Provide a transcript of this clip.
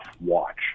watch